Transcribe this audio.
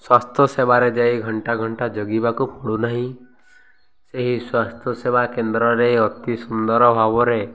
ସ୍ୱାସ୍ଥ୍ୟ ସେବାରେ ଯାଇ ଘଣ୍ଟା ଘଣ୍ଟା ଜଗିବାକୁ ପଡ଼ୁନାହିଁ ସେହି ସ୍ୱାସ୍ଥ୍ୟ ସେବା କେନ୍ଦ୍ରରେ ଅତି ସୁନ୍ଦର ଭାବରେ